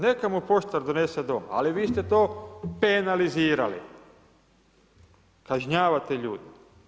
Neka mu poštar donese doma, ali vi ste to penalizirali, kažnjavate ljude.